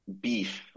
beef